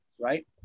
right